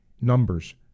numbers